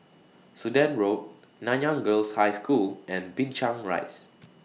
Sudan Road Nanyang Girls' High School and Binchang Rise